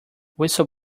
whistle